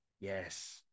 Yes